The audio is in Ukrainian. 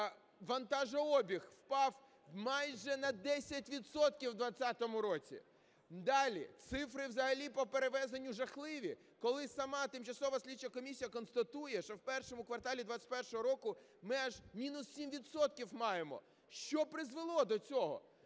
вантажообіг впав майже на 10 відсотків у 2020 році. Далі, цифри взагалі по перевезенню жахливі. Коли сама тимчасова слідча комісія констатує, що в І кварталі 2021 року ми аж мінус 7 відсотків маємо. Що призвело до цього?